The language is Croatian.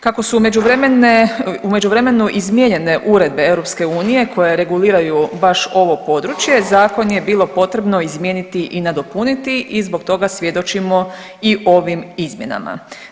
Kako su u međuvremenu izmijenjene uredbe EU koje reguliraju baš ovo područje, Zakon je bilo potrebno izmijeniti i nadopuniti i zbog toga svjedočimo i ovim izmjenama.